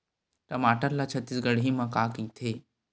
टमाटर ला छत्तीसगढ़ी मा का कइथे?